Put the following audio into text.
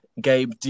Gabe